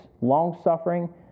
long-suffering